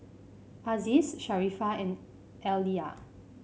Aziz Sharifah and Alya